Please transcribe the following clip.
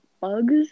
bugs